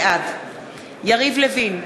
בעד יריב לוין,